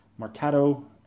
Marketo